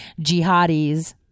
Jihadis